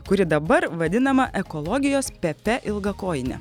kuri dabar vadinama ekologijos pepe ilgakojine